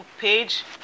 page